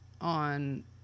on